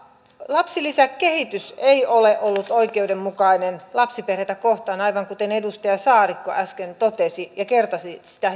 lapsilisän kehitys ei ole ollut oikeudenmukainen lapsiperheitä kohtaan aivan kuten edustaja saarikko äsken totesi ja kertasi sitä